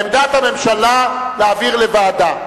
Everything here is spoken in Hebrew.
עמדת הממשלה להעביר לוועדה.